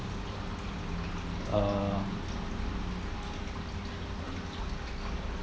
uh